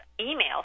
email